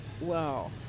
Wow